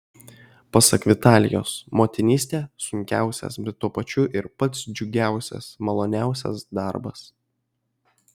pasak vitalijos motinystė sunkiausias bet tuo pačiu ir pats džiugiausias maloniausias darbas